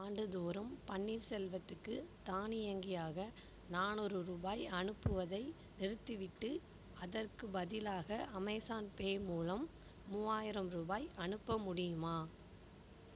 ஆண்டுதோறும் பன்னீர்செல்வத்துக்கு தானியங்கியாக நானூறு ரூபாய் அனுப்புவதை நிறுத்திவிட்டு அதற்குப் பதிலாக அமேஸான் பே மூலம் மூவாயிரம் ரூபாய் அனுப்ப முடியுமா